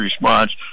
response